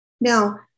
Now